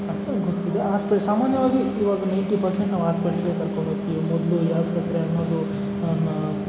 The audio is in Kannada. ಅಂತ ಗೊತ್ತಿದೆ ಆಸ್ಪಿ ಸಾಮಾನ್ಯವಾಗಿ ಇವಾಗ ಒಂದು ನೈಂಟಿ ಪರ್ಸೆಂಟ್ ನಾವು ಆಸ್ಪಿಟ್ಲಿಗೆ ಕರ್ಕೊಂಡೋಗ್ತೀವಿ ಮೊದಲು ಈ ಆಸ್ಪತ್ರೆ ಅನ್ನೋದು ನಮ್ಮ